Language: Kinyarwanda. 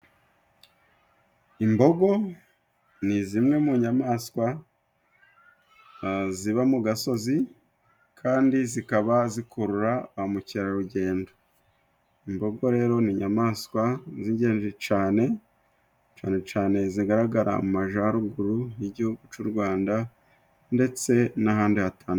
Imbogo ni zimwe mu nyamaswa ziba mu gasozi kandi zikaba zikurura ba mukerarugendo. Imbogo rero ni inyamaswa z'ingenzi cane. Cane cane zigaragara mu majaruguru y'Igihugu c'u Rwanda, ndetse n'ahandi hatandukanye.